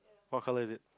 what colour is it